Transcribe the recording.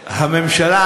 הממשלה,